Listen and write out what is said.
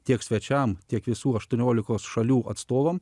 tiek svečiams tiek visų aštuoniolikos šalių atstovams